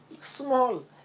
Small